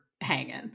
hanging